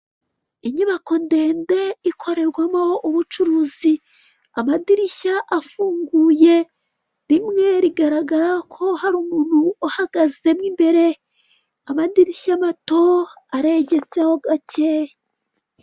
Inyubako ndende ikorerwamo ubucuruzi, amadirishya afunguye. Rimwe rigaragara ko hari umuntu uhagazemo imbere. Amadirishya mato aregetseho gake.